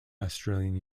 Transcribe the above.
australian